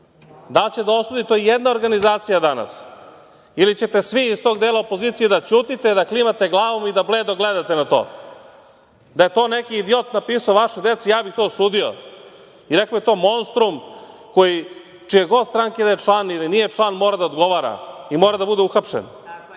li će da osudi to i jedna organizacija danas ili ćete svi iz tog dela opozicije da ćutite, da klimate glavom i da bledo gledate na to? Da je to neki idiot napisao vašoj deci ja bih to osudio i rekao bih da je to monstrum čije god stranke da je član ili nije član mora da odgovara i mora da bude uhapšen.